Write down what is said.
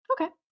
Okay